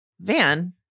Van